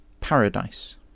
paradise